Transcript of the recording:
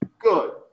Good